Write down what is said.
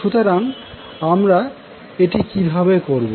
সুতরাং আমরা এটি কিভাবে করবো